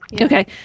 Okay